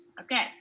Okay